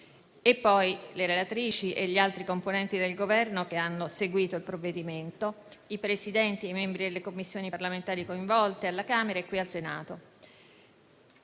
e poi le relatrici e gli altri componenti del Governo che hanno seguito il provvedimento, i Presidenti e i membri delle Commissioni parlamentari coinvolte alla Camera e qui al Senato.